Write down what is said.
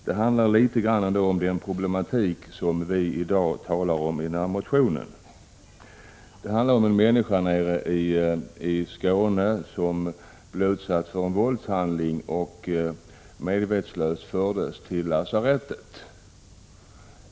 Det handlar litet om den problematik som berörs i motionen. En person i Skåne blev utsatt för en våldshandling och fördes medvetslös till lasarettet.